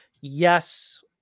yes